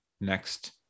next